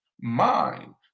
mind